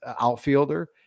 outfielder